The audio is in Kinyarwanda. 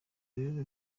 rero